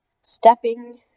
Stepping